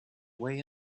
way